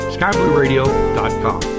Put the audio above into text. SkyBlueRadio.com